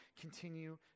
continue